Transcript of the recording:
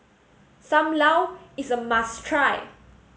Sam Lau is a must try